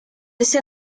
ese